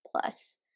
plus